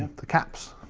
the caps.